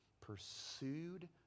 pursued